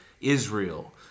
Israel